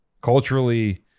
culturally